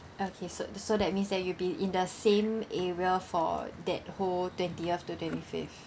okay so so that means that you will be in the same area for that whole twentieth to twenty fifth